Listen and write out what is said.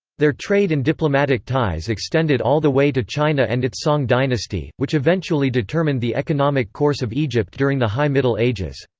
their trade and diplomatic ties extended all the way to china and its song dynasty, which eventually determined the economic course of egypt during the high middle ages.